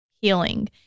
healing